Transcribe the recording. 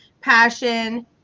passion